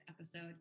episode